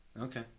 okay